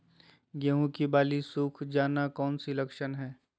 गेंहू की बाली सुख जाना कौन सी लक्षण है?